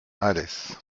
alès